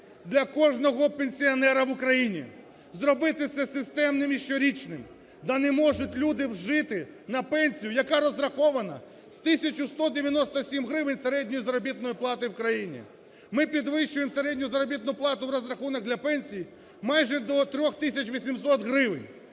для кожного пенсіонера в Україні, зробити це системним і щорічним. Да не можуть люди жити на пенсію, яка розрахована з тисяча 197 гривень середньої заробітної плати в країні. Ми підвищуємо середню заробітну плату в розрахунок на пенсії майже до 3 тисяч 800 гривень,